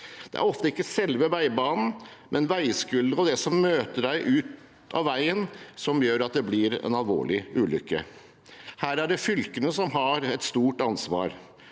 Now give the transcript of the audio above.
Det er ofte ikke selve veibanen, men veiskuldre og det som møter deg utenfor veien, som gjør at det blir en alvorlig ulykke. Her er det fylkene som har et stort ansvar,